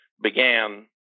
began